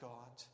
God